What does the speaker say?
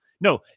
No